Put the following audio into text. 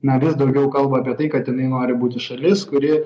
norės daugiau kalba apie tai kad jinai nori būti šalis kuri